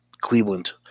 Cleveland